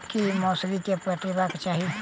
की मौसरी केँ पटेबाक चाहि?